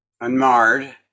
unmarred